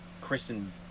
Kristen